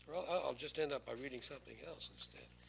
i'll just end up by reading something else instead.